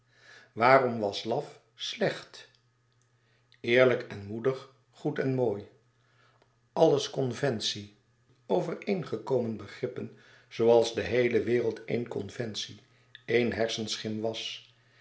waarom was laf slecht eerlijk en moedig goed en mooi alles conventie overeengekomen begrippen zooals de geheele wereld éen conventie éen hersenschim was